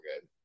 good